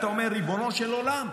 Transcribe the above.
אתה אומר: ריבונו של עולם.